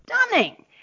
stunning